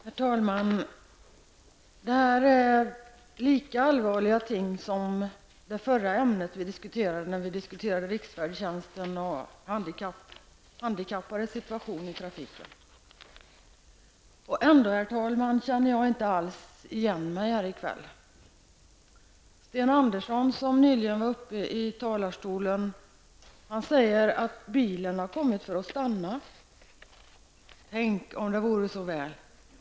Herr talman! Detta är lika allvarliga ting som det förra ärendet vi diskuterade, som gällde riksfärdtjänst och handikappades situation i trafiken. Ändå känner jag inte alls igen mig här i kväll. Sten Andersson i Malmö, som nyligen var uppe i talarstolen, säger att bilen har kommit för att stanna. Tänk om det vore så väl.